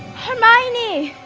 hermione!